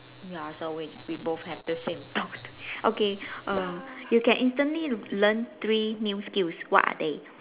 ya so we we both have the same thought okay err you can instantly learn three new skills what are they